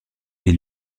est